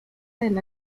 del